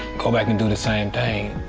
go back and do the same thing?